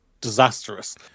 disastrous